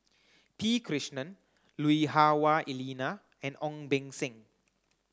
P Krishnan Lui Hah Wah Elena and Ong Beng Seng